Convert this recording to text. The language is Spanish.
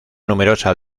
numerosa